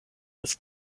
ist